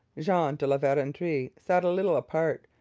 jean de la verendrye sat a little apart,